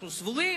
אנחנו סבורים